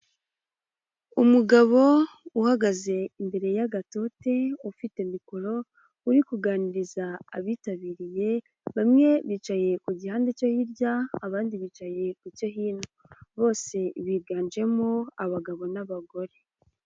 Umugabo uhagaze imbere y'agatote ufite mikoro, uri kuganiriza abitabiriye, bamwe bicaye ku gihanda cyo hirya, abandi bicaye ku cyo hino. Bose biganjemo abagabo n'abagore.